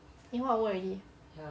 eh one hour already